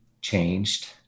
changed